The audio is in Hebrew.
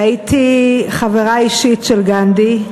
הייתי חברה אישית של גנדי,